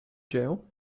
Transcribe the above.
jail